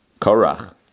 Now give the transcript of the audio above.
Korach